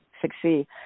succeed